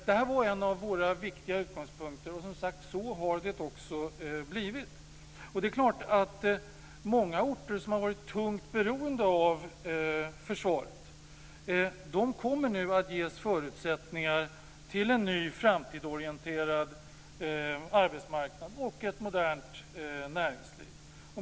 Det var en av våra viktiga utgångspunkter, och så har det också blivit. Många orter som har varit tungt beroende av försvaret kommer nu att ges förutsättningar till en ny framtidsorienterad arbetsmarknad och ett modernt näringsliv.